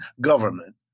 government